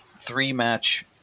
three-match